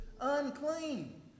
Unclean